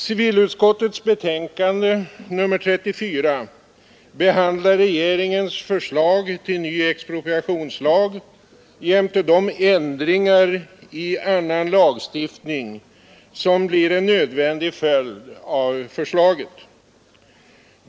Civilutskottets betänkande nr 34 behandlar regeringens förslag till ny expropriationslag jämte de ändringar i annan lagstiftning som blir en nödvändig följd av förslaget.